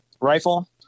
rifle